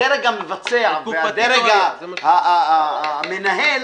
הדרג המבצע והדרג והמנהל,